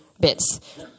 bits